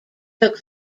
took